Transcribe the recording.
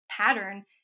pattern